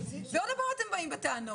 ועוד הפעם אתם באים בטענות.